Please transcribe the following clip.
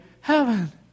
heaven